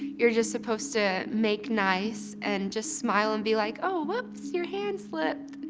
you're just supposed to make nice and just smile and be like oh whoops, your hand slipped.